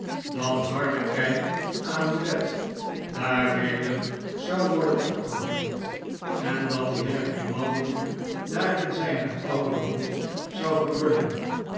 dat harlekijn amulet daar weder zou worden opgevoerd en dat de heer grimaldi daarin zijne oude rol zou vervullen